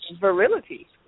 virility